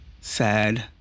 sad